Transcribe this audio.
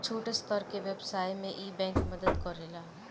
छोट स्तर के व्यवसाय में इ बैंक मदद करेला